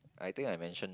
I think I mention